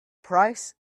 price